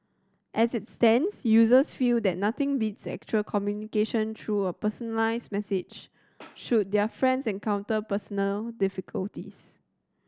as it stands users feel that nothing beats actual communication through a personalised message should their friends encounter personal difficulties